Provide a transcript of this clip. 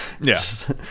Yes